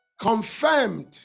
confirmed